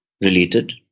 related